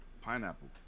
Pineapple